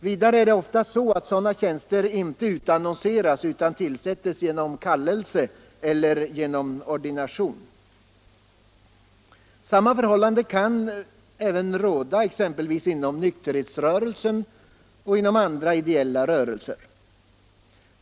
Vidare är det ofta så att sådana tjänster inte utannonseras utan tillsätts genom kallelse eller genom ordination. Samma förhållande kan råda exempelvis inom nykterhetsrörelsen och andra ideella rörelser.